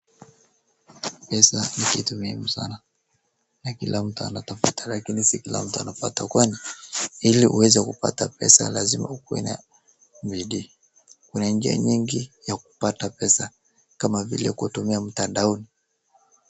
Pesa ni kitu muhimu sana, na kila mtu anatafta lakini si kila mtu anapata kwani, ili uweze kupata pesa lazima ukuwe na bidii. Kuna njia nyingi ya kupata pesa kama vile kutumia mtandaoni.